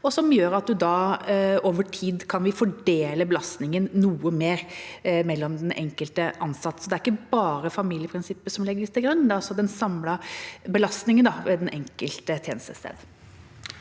som gjør at vi over tid kan fordele belastningen noe mer mellom de enkelte ansatte. Det er ikke bare familieprinsippet som legges til grunn, det er også den samlede belastningen ved det enkelte tjenestested.